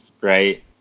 right